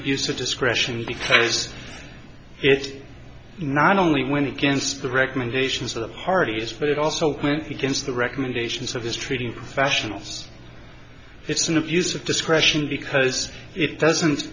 of discretion because it not only went against the recommendations of the parties but it also quinn against the recommendations of his treating professionals it's an abuse of discretion because it doesn't